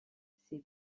ces